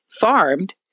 farmed